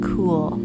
Cool